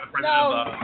no